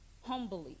humbly